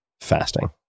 fasting